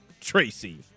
Tracy